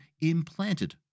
implanted